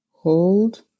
Hold